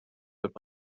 wird